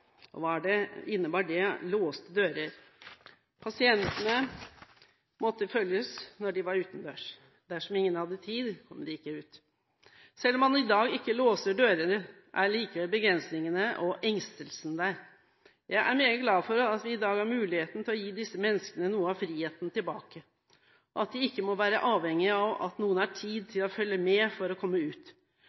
de var utendørs, og dersom ingen hadde tid, kom de ikke ut. Selv om man i dag ikke låser dørene, er likevel begrensningene og engstelsen der. Jeg er meget glad for at vi i dag har muligheten til å gi disse menneskene noe av friheten tilbake, at de ikke må være avhengige av at noen har tid til å følge dem, for å komme ut.